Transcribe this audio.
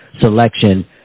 selection